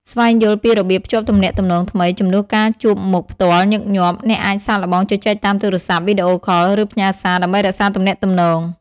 ស្វែងយល់ពីរបៀបភ្ជាប់ទំនាក់ទំនងថ្មី ជំនួសការជួបមុខផ្ទាល់ញឹកញាប់ អ្នកអាចសាកល្បងជជែកតាមទូរស័ព្ទ វីដេអូខល ឬផ្ញើសារ ដើម្បីរក្សាទំនាក់ទំនង។